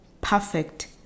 perfect